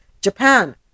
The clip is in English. Japan